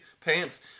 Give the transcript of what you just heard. Pants